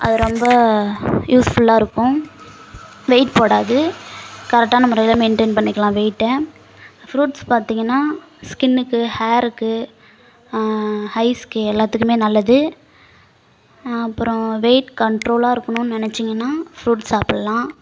அது ரொம்ப யூஸ்ஃபுல்லாக இருக்கும் வெயிட் போடாது கரெட்டாக நம்ம மெயின்டென் பண்ணிக்கலாம் வெயிட்டை ஃப்ரூட்ஸ் பார்த்திங்கன்னா ஸ்கின்னுக்கு ஹேருக்கு ஐஸ்க்கு எல்லாத்துக்குமே நல்லது அப்புறம் வெயிட் கண்ட்ரோலா இருக்கணும்னு நினைச்சிங்கன்னா ஃப்ரூட் சாப்பிட்லாம்